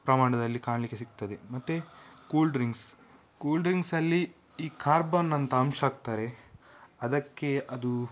ಪ್ರಮಾಣದಲ್ಲಿ ಕಾಣಲಿಕ್ಕೆ ಸಿಗ್ತದೆ ಮತ್ತೆ ಕೂಲ್ ಡ್ರಿಂಕ್ಸ್ ಕೂಲ್ ಡ್ರಿಂಕ್ಸಲ್ಲಿ ಈ ಕಾರ್ಬನ್ ಅಂತ ಅಂಶ ಹಾಕ್ತಾರೆ ಅದಕ್ಕೆ ಅದು